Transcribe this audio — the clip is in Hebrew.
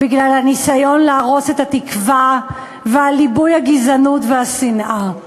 בגלל הניסיון להרוס את התקווה וליבוי הגזענות והשנאה.